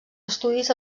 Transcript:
estudis